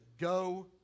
go